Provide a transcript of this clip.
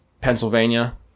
Pennsylvania